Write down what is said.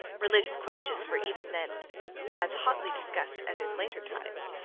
religious questions were even then as hotly discussed as in later times,